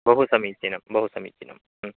बहु समीचीनं बहु समीचीनं ह्म्